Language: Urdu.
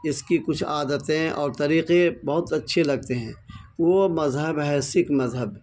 اس کی کچھ عادتیں اور طریقے بہت اچھے لگتے ہیں وہ مذہب ہے سکھ مذہب